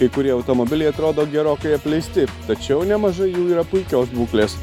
kai kurie automobiliai atrodo gerokai apleisti tačiau nemažai jų yra puikios būklės